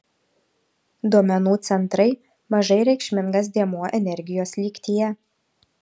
duomenų centrai mažai reikšmingas dėmuo energijos lygtyje